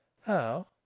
How